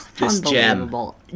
unbelievable